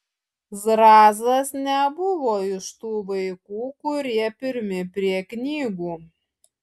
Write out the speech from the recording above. zrazas nebuvo iš tų vaikų kurie pirmi prie knygų